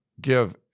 give